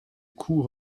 coups